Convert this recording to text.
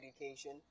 education